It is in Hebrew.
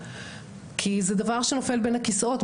כי זה דבר שנופל בין הכיסאות.